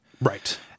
Right